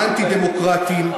האנטי-דמוקרטיים,